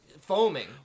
foaming